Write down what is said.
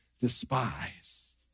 despise